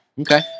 Okay